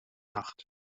nacht